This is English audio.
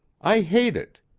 i hate it!